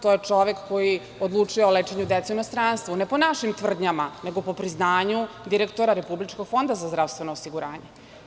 To je čovek koji odlučuje o lečenju dece u inostranstvu, ne po našim tvrdnjama, nego po priznanju direktora Republičkog fonda za zdravstveno osiguranje.